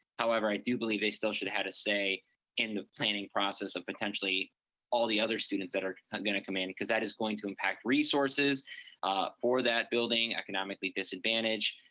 however, i do believe they still shoulda had a say in the planning process of potentially all the other students that are gonna come in, cause that is going to impact resources for that building, economically disadvantaged,